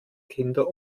kinder